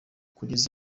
kugeza